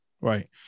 Right